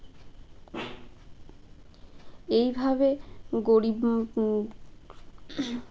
এইভাবে গরিব